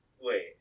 Wait